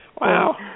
Wow